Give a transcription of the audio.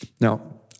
Now